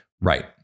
right